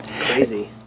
crazy